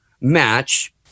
match